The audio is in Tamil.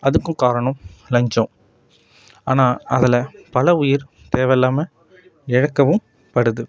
அதுக்கும் காரணம் லஞ்சம் ஆனால் அதில் பல உயிர் தேவைல்லாம இழக்கவும் படுது